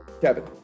Kevin